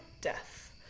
death